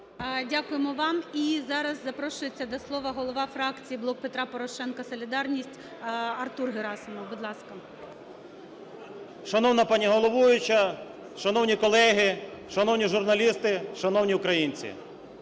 Дякуємо вам. І зараз запрошується до слова голова фракції "Блок Петра Порошенка "Солідарність" Артур Герасимов, будь ласка. 11:09:47 ГЕРАСИМОВ А.В. Шановна пані головуюча! Шановні колеги! Шановні журналісти! Шановні українці!